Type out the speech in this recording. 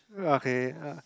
err okay uh